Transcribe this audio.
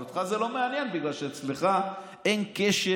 אבל אותך זה לא מעניין, בגלל שאצלך אין קשר.